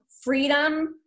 freedom